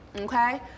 okay